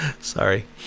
sorry